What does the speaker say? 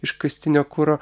iškastinio kuro